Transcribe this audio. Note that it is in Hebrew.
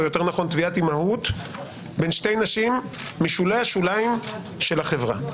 או יותר נכון לתביעת אימהות בין שתי נשים משולי השוליים של החברה.